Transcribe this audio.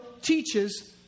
teaches